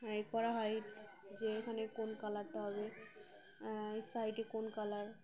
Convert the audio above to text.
হ্যাঁ এরপ হোয়াইট যে এখানে কোন কালারটা হবে এই সাইডে কোন কালার